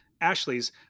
Ashley's